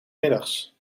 middags